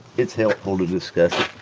it's helpful to discuss